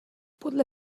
podle